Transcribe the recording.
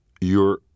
Your